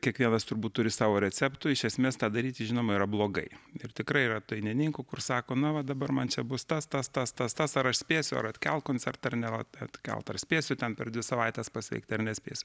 kiekvienas turbūt turi savo receptų iš esmės tą daryti žinoma yra blogai ir tikrai yra dainininkų kur sako na va dabar man čia bus tas tas tas tas tas ar aš spėsiu ar atkelt koncertą ar neatkelt ar spėsiu ten per dvi savaites pasveikti ar nespėsiu